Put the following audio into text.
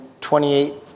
28